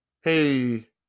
Hey